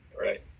Right